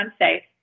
unsafe